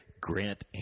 Grant